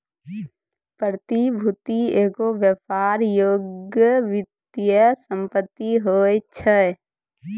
प्रतिभूति एगो व्यापार योग्य वित्तीय सम्पति होय छै